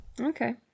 Okay